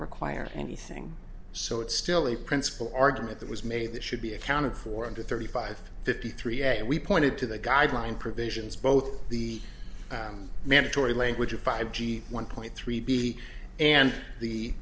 require anything so it's still a principle argument that was made that should be accounted for under thirty five fifty three and we pointed to the guideline provisions both the mandatory language of five g one point three b and